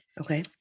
okay